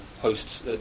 hosts